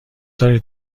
دارید